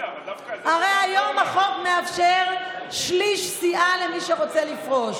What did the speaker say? הרי היום החוק מאפשר שליש סיעה למי שרוצה לפרוש.